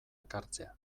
ekartzea